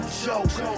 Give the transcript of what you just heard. joke